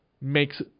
makes